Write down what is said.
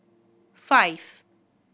five